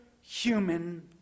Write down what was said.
human